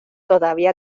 todavía